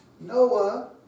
Noah